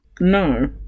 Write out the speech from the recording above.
No